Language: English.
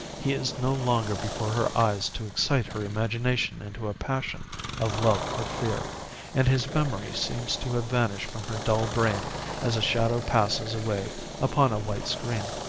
he is no longer before her eyes to excite her imagination into a passion of love or fear and his memory seems to have vanished from her dull brain as a shadow passes away upon a white screen.